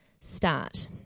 start